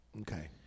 Okay